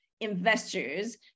investors